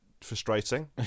frustrating